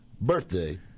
Birthday